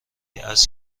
است